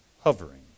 hovering